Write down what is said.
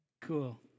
Cool